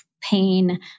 pain